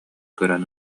көрөн